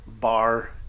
bar